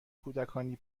کودکانی